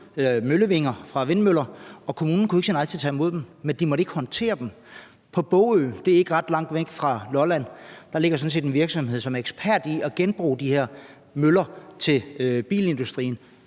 møllevinger, og kommunen kunne ikke sige nej til at tage imod dem. Men de måtte ikke håndtere dem. På Bogø – det er ikke ret langt væk fra Lolland – ligger der sådan set en virksomhed, som er ekspert i at genbruge de her møller til bilindustrien.